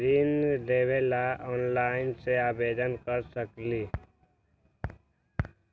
ऋण लेवे ला ऑनलाइन से आवेदन कर सकली?